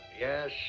Yes